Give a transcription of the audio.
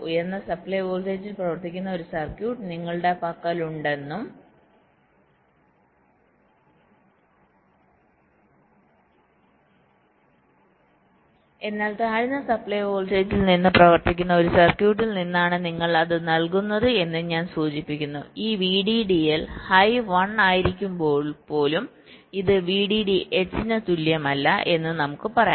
ഉയർന്ന സപ്ലൈ വോൾട്ടേജിൽ പ്രവർത്തിക്കുന്ന ഒരു സർക്യൂട്ട് നിങ്ങളുടെ പക്കലുണ്ടെന്നും എന്നാൽ താഴ്ന്ന സപ്ലൈ വോൾട്ടേജിൽ നിന്ന് പ്രവർത്തിക്കുന്ന ഒരു സർക്യൂട്ടിൽ നിന്നാണ് നിങ്ങൾ അത് നൽകുന്നത് എന്ന് ഞാൻ സൂചിപ്പിക്കുന്നു ഈ VDDL ഹൈ 1 ആയിരിക്കുമ്പോൾ പോലും ഇത് VDDH ന് തുല്യമല്ല എന്ന് നമുക്ക് പറയാം